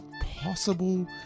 Possible